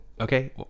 Okay